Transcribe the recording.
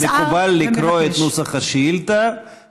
מקובל לקרוא את נוסח השאילתה,